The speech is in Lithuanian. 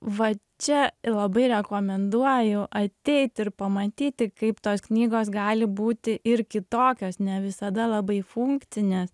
va čia labai rekomenduoju ateiti ir pamatyti kaip tos knygos gali būti ir kitokios ne visada labai funkcinės